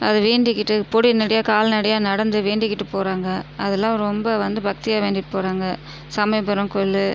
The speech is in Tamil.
அது வேண்டிக்கிட்டு பொடி நடையாக கால்நடையாக நடந்து வேண்டிக்கிட்டு போகிறாங்க அதலாம் ரொம்ப வந்து பக்தியாக வேண்டிகிட்டு போகிறாங்க சமயபுரம் கோவில்